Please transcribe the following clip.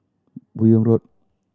Buyong Road